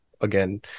again